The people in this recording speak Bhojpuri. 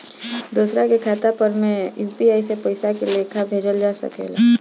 दोसरा के खाता पर में यू.पी.आई से पइसा के लेखाँ भेजल जा सके ला?